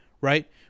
right